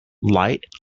light